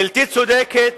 בלתי צודקת.